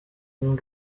n’u